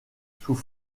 sous